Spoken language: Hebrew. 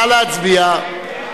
נא להצביע.